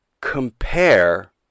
compare